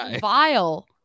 vile